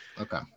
okay